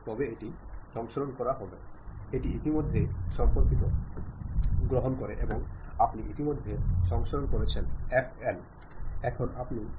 തന്നെ പഠിപ്പിച്ച അധ്യാപകരിലൊരാൾക്കു പ്രത്യേകിച്ചും അധ്യാപക ദിനത്തിൽ ഒരു ഇമെയിൽ അയയ്ക്കണമെന്ന് അദ്ദേഹം തീരുമാനിക്കുന്നു